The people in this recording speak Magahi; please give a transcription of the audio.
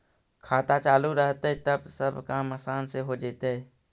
खाता चालु रहतैय तब सब काम आसान से हो जैतैय?